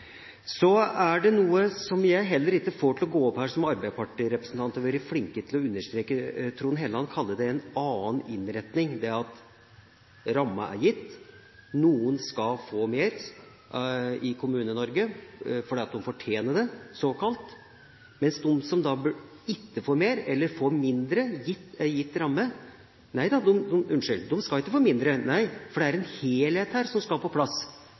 Så er det noe som jeg heller ikke får til å gå opp her, som arbeiderpartirepresentanter har vært flinke til å understreke: Trond Helleland kaller det en annen innretning. Det er at ramma er gitt, og at noen skal få mer i Kommune-Norge, fordi de såkalt fortjener det, mens de som da ikke får mer, i en gitt ramme eller får mindre – nei, unnskyld, de skal ikke få mindre, for det er en helhet her som skal på plass.